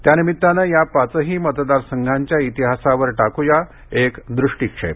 त्यानिमित्तानं या पाचही मतदारसंघांच्या इतिहासावर टाकूया एक दृष्टीक्षेप